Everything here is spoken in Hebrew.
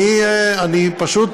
אני פשוט,